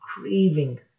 craving